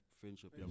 friendship